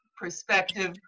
perspective